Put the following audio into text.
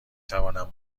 توانم